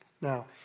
Now